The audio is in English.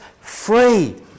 free